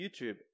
YouTube